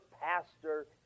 pastor